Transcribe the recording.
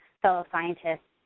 so scientists.